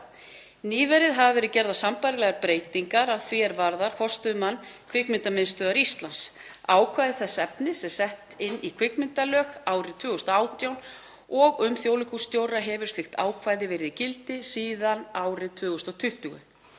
Nýverið hafa verið gerðar sambærilegar breytingar að því er varðar forstöðumann Kvikmyndamiðstöðvar Íslands. Ákvæði þess efnis var sett inn í kvikmyndalög árið 2018 og um þjóðleikhússtjóra hefur slíkt ákvæði verið í gildi síðan árið 2020.